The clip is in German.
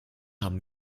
haben